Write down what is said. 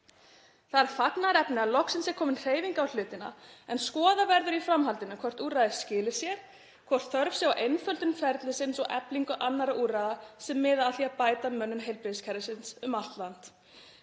Það er fagnaðarefni að loksins sé komin hreyfing á hlutina en skoða verður í framhaldinu hvort úrræðið skili sér, hvort þörf sé á einföldun ferlisins og eflingu annarra úrræða sem miða að því að bæta mönnun heilbrigðiskerfisins um allt land.